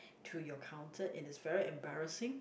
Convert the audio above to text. to your counter and it's very embarrassing